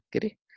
Kiri